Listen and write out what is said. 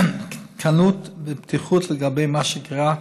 כנות ופתיחות לגבי מה שקרה,